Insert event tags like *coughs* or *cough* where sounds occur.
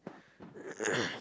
*coughs*